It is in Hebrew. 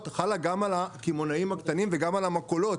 חלה גם על הקמעונאים הקטנים וגם על המכולות.